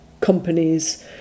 companies